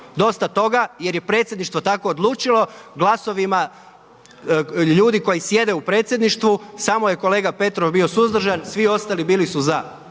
Dosta toga jer je predsjedništvo tako odlučilo glasovima ljudi koji sjede u predsjedništvu. Samo je kolega Petrov bio suzdržan, svi ostali bili su za.